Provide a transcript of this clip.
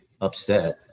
upset